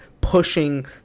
pushing